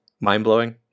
mind-blowing